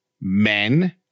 men